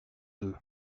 deux